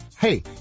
Hey